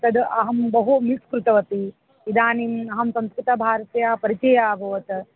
तद् अहं बहु मिस् कृतवती इदानीम् अहं संस्कृतभारत्याः परिचयः अभवत्